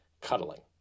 cuddling